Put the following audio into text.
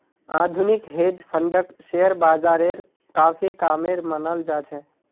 आधुनिक हेज फंडक शेयर बाजारेर काफी कामेर मनाल जा छे